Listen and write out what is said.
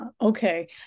okay